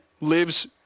lives